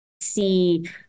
see